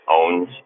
owns